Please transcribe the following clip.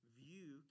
view